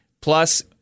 Plus